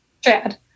Chad